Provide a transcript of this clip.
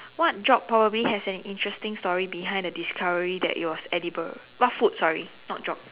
what job probably has an interesting story behind the discovery that it was edible what food sorry not job